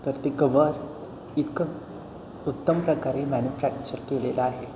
तर ते कवर इतकं उत्तम प्रकारे मॅन्युफॅक्चर केलेलं आहे